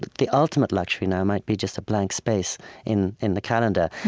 the ultimate luxury now might be just a blank space in in the calendar.